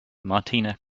martina